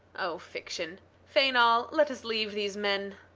oh, fiction fainall, let us leave these men.